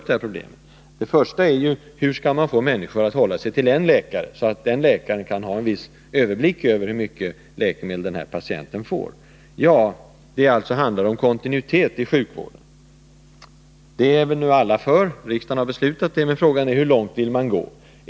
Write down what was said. Den första frågan är: Hur skall man få människor att hålla sig till en läkare, så att den läkaren kan få en viss överblick över hur mycket läkemedel patienten får? Det handlar alltså om kontinuitet i sjukvården. Det är alla för — riksdagen har beslutat det —, men frågan är hur långt man vill gå.